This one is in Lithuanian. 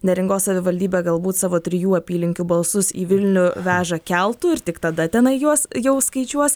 neringos savivaldybė galbūt savo trijų apylinkių balsus į vilnių veža keltu ir tik tada tenai juos jau skaičiuos